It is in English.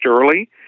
early